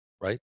Right